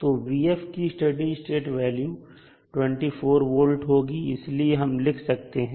तो की steady state value 24V होगी इसलिए हम लिख सकते हैं